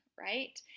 right